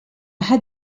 had